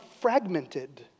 fragmented